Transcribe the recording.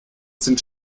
sind